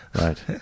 Right